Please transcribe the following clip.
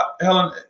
Helen